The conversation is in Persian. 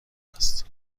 است